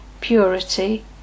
purity